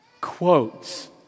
quotes